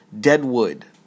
Deadwood